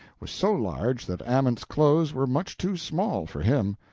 was so large that ament's clothes were much too small for him.